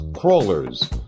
crawlers